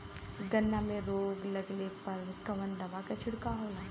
गन्ना में रोग लगले पर कवन दवा के छिड़काव होला?